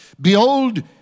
Behold